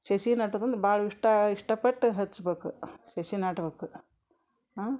ಸಸಿ ನಾಟೋದಂದ್ರೆ ಭಾಳ ಇಷ್ಟ ಇಷ್ಟಪಟ್ಟು ಹಚ್ಬೇಕು ಸಸಿ ನಾಟ್ಬೇಕ ಹಾಂ